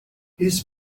his